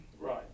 Right